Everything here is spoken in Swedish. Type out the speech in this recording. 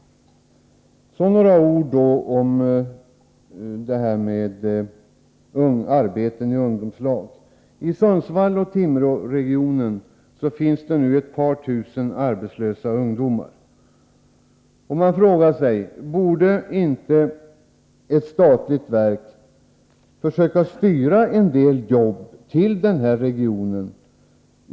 uttag och anställ Jag vill också säga några ord om arbeten i ungdomslag. ningsstopp i statliga I Sundsvall-Timråregionen finns nu ett par tusen arbetslösa ungdomar. Man kan fråga sig om inte ett statligt verk borde försöka styra en del jobb till denna region.